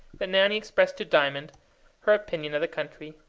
that nanny expressed to diamond her opinion of the country.